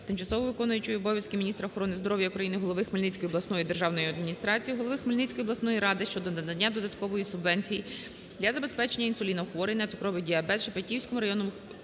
тимчасово виконуючої обов'язки міністра охорони здоров'я України, голови Хмельницької обласної державної адміністрації, голови Хмельницької обласної ради щодо надання додаткової субвенції для забезпечення інсуліном хворих на цукровий діабет Шепетівському району